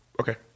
Okay